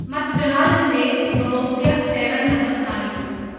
മക്ഡോണാൽഡ്സിൻ്റെ ഉപഭോക്ത്യ സേവന നമ്പർ കാണിക്കൂ